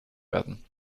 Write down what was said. werden